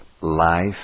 life